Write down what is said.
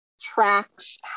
tracks